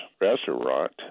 Restaurant